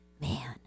man